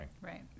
Right